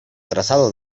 trazado